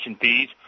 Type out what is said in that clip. fees